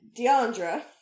Deandra